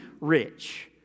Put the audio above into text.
rich